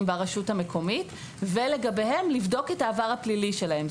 ברשות המקומית ולגביהם לבדוק את העבר הפלילי שלהם.